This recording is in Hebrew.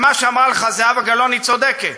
מה שאמרה לך זהבה גלאון, היא צודקת.